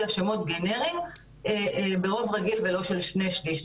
אלא שמות גנריים ברוב רגיל ולא של שני שליש.